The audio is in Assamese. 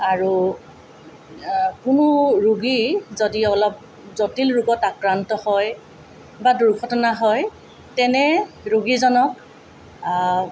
আৰু কোনো ৰোগী যদি অলপ জটিল ৰোগত আক্ৰান্ত হয় বা দূৰ্ঘটনা হয় তেনে ৰোগীজনক